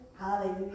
hallelujah